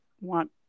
want